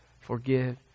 forgive